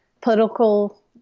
political